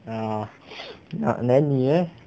ah 那 then 你 eh